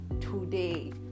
today